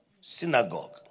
synagogue